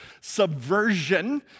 Subversion